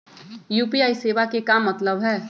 UPI सेवा के का मतलब है?